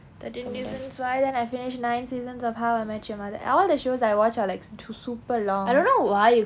thirteen reasons why then I finish nine seasons of how I met your mother all the shows I watch are like too super long